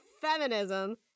feminism